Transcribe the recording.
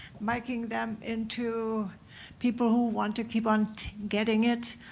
making them into people who want to keep on getting it,